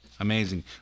Amazing